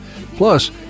Plus